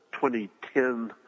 2010